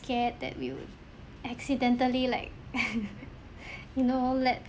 scared that we would accidentally like you know let